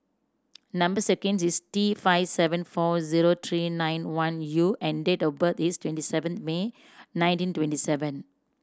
number sequence is T five seven four zero three nine one U and date of birth is twenty seven May nineteen twenty one